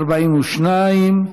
42,